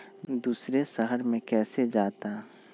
दूसरे शहर मे कैसे जाता?